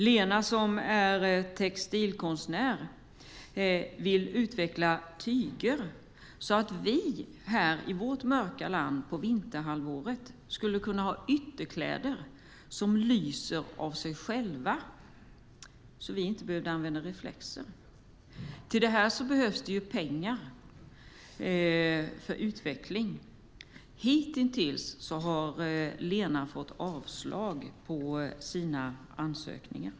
Lena som är textilkonstnär vill utveckla tyger så att vi i vårt mörka land på vinterhalvåret skulle kunna ha ytterkläder som lyser av sig själva så att vi inte behöver använda reflexer. Till det behövs pengar för utveckling. Hittills har Lena fått avslag på sina ansökningar.